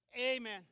Amen